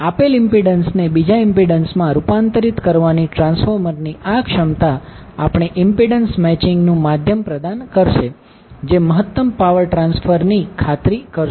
આપેલ ઇમ્પિડન્સને બીજા ઇમ્પિડન્સ માં રૂપાંતરિત કરવાની ટ્રાન્સફોર્મરની આ ક્ષમતા આપણને ઇમ્પિડન્સ મેચિંગ નુ માધ્યમ પ્રદાન કરશે જે મહત્તમ પાવર ટ્રાન્સફર ની ખાતરી કરશે